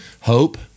hope